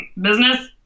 business